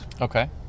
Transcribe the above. Okay